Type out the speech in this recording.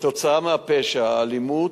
כתוצאה מהפשע, האלימות,